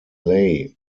lay